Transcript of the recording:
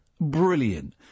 brilliant